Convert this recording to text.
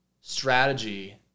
strategy